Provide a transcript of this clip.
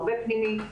הרבה פנימית.